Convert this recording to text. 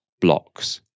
blocks